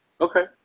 Okay